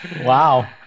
Wow